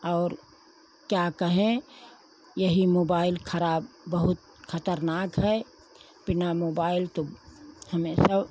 और क्या कहें यही मोबाइल खराब बहुत खतरनाक है बिना मोबाइल तो हमेशा